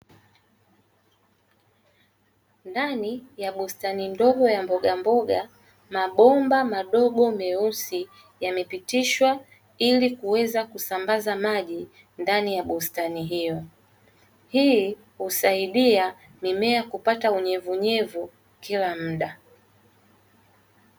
Ndani ya bustani ndogo ya mbogamboga, mabomba madogo meusi yamepitishwa ili kuweza kusambaza maji ndani ya bustani hiyo. Hii husaidia mimea kupata unyevuunyevu kila muda.